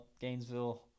Gainesville